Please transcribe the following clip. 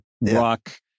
rock